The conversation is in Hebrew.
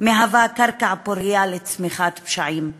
מהווה קרקע פורייה לצמיחת פשעים אלה.